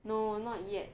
no not yet